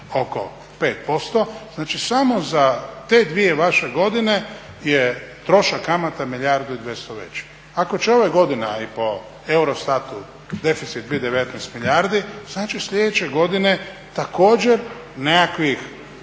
oko 5%, znači samo za te dvije vaše godine je trošak kamata milijardu i 200 veći. Ako će ova godina i po EUROSTAT-u deficit biti 19 milijardi znači sljedeće godine također nekakvih